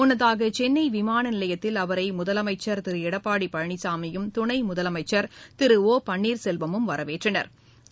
முன்னதாகசென்னைவிமானநிலையத்தில் அவரைமுதலமைச்சர் திருஎடப்பாடிபழனிசாமியும் துணைமுதலமைச்சா் திரு ஓ பன்னீா்செல்வம் வரவேற்றனா்